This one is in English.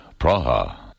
Praha